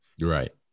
right